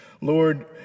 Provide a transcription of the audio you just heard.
Lord